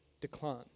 decline